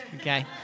Okay